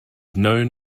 known